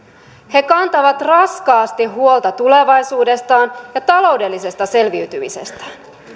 he kantavat raskaasti huolta tulevaisuudestaan ja taloudellisesta selviytymisestään